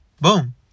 Boom